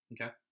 Okay